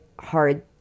hard